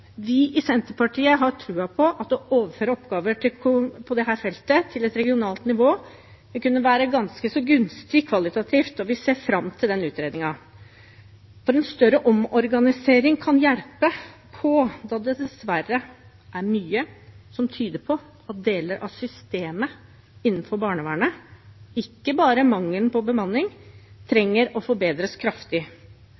Vi i Senterpartiet har troen på at å overføre oppgaver på dette feltet til et regionalt nivå vil kunne være ganske så gunstig kvalitativt. Vi ser fram til den utredningen, for en større omorganisering kan hjelpe på, da det dessverre er mye som tyder på at deler av systemet innenfor barnevernet – ikke bare mangelen på bemanning